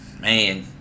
man